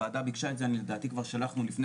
הוועדה ביקשה את זה ולדעתי כבר שלחנו לפני